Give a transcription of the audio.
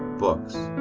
books.